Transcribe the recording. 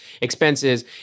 expenses